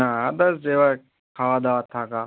না তা যে হয় খাওয়া দাওয়া থাকা